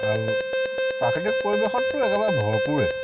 আৰু প্ৰাকৃতিক পৰিৱেশততো একেবাৰে ভৰপূৰেই